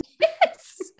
Yes